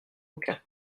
aucun